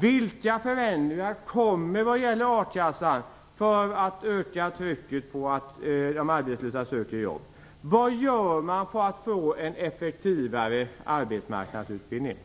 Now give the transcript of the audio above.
Vilka förändringar kommer, vad gäller a-kassan, för att öka trycket på de arbetslösa att söka jobb? Vad gör man för att få en effektivare arbetsmarknadsutbildning?